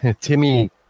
Timmy